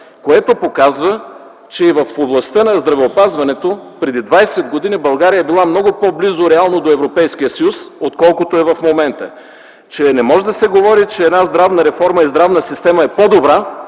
което показва, че и в областта на здравеопазването преди 20 години България е била реално много по-близо до Европейския съюз, отколкото е в момента; че не може да се говори, че една здравна реформа и една здравна система е по-добра,